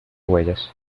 huellas